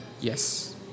yes